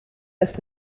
ist